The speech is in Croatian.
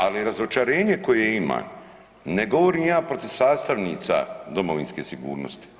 Ali razočarenje koje imam ne govorim ja protiv sastavnica domovinske sigurnosti.